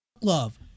love